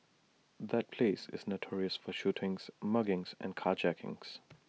that place is notorious for shootings muggings and carjackings